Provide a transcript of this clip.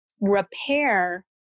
repair